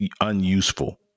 unuseful